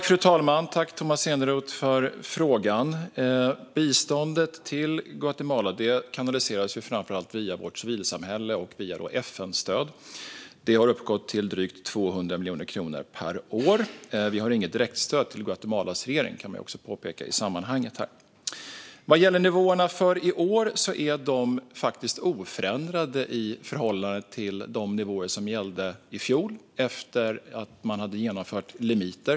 Fru talman! Jag tackar Tomas Eneroth för frågan. Biståndet till Guatemala kanaliseras framför allt via civilsamhället och som FN-stöd. Det har uppgått till drygt 200 miljoner kronor per år. I sammanhanget kan påpekas att vi inte har något direktstöd till Guatemalas regering. Nivåerna för i år är oförändrade i förhållande de nivåer som gällde i fjol efter att man hade infört limiter.